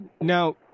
Now